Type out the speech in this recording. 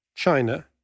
China